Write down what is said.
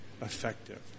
effective